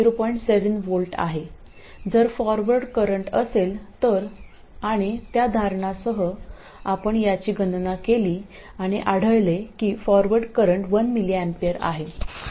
7 V आहे जर forward current असेल तर आणि त्या धारणासह आपण याची गणना केली आणि आढळले की फॉरवर्ड करंट 1mA आहे